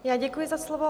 Já děkuji za slovo.